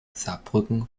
saarbrücken